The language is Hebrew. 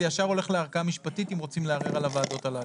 זה ישר הולך לערכאה משפטית אם רוצים לערער על הוועדות הללו.